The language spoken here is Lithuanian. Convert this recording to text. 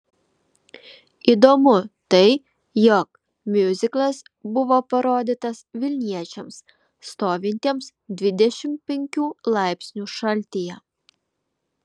įdomu tai jog miuziklas buvo parodytas vilniečiams stovintiems dvidešimt penkių laipsnių šaltyje